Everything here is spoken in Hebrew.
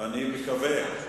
אני מקווה,